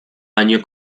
año